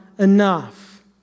enough